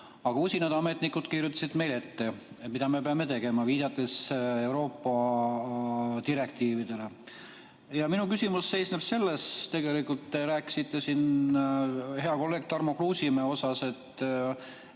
Usinad ametnikud kirjutasid meile ette, mida me peame tegema, viidates Euroopa direktiividele. Minu küsimus seisneb selles, et tegelikult te rääkisite siin heale kolleegile Tarmo Kruusimäele, et